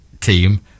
team